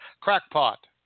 crackpot